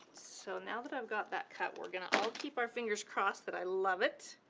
so now that i've got that cut, we're gonna all keep our fingers crossed that i love it.